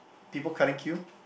people cutting queue